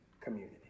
community